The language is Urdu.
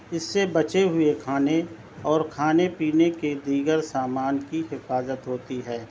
اِس سے بچے ہوئے کھانے اور کھانے پینے کے دیگر سامان کی حفاظت ہوتی ہے